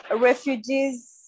refugees